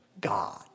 God